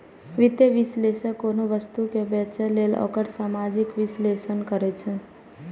वित्तीय विश्लेषक कोनो वस्तु कें बेचय लेल ओकर सामरिक विश्लेषण करै छै